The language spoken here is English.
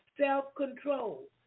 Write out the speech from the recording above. self-control